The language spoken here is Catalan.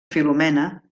filomena